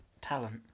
talent